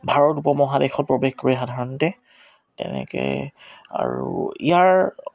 ভাৰত উপমহাদেশত প্ৰৱেশ কৰেহি সাধাৰণতে তেনেকৈ আৰু ইয়াৰ